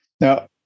Now